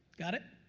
got it?